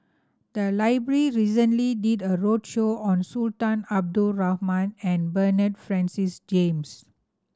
the library recently did a roadshow on Sultan Abdul Rahman and Bernard Francis James